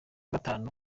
gatanu